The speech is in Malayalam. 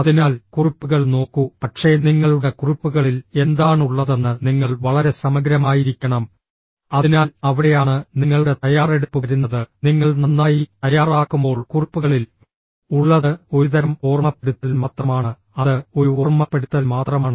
അതിനാൽ കുറിപ്പുകൾ നോക്കൂ പക്ഷേ നിങ്ങളുടെ കുറിപ്പുകളിൽ എന്താണുള്ളതെന്ന് നിങ്ങൾ വളരെ സമഗ്രമായിരിക്കണം അതിനാൽ അവിടെയാണ് നിങ്ങളുടെ തയ്യാറെടുപ്പ് വരുന്നത് നിങ്ങൾ നന്നായി തയ്യാറാക്കുമ്പോൾ കുറിപ്പുകളിൽ ഉള്ളത് ഒരുതരം ഓർമ്മപ്പെടുത്തൽ മാത്രമാണ് അത് ഒരു ഓർമ്മപ്പെടുത്തൽ മാത്രമാണ്